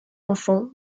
enfants